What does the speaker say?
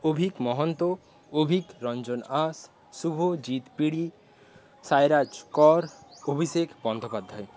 Abhik Mahanta Abhik Ranjan Ansh Subhajit Piri Sairaj Kar Abhishek Bandyopadhyay